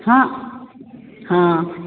हँ हँ